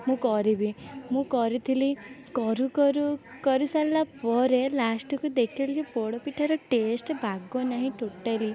ମୁଁ କରିବି ମୁଁ କରିଥିଲି କରୁକରୁ କରିସାରିଲାପରେ ଲାଷ୍ଟ୍କୁ ଦେଖିଲି ଯେ ପୋଡ଼ପିଠାର ଟେଷ୍ଟ୍ ବାଗ ନାହିଁ ଟୋଟାଲି